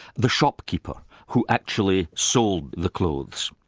the shopkeeper who actually sold the clothes.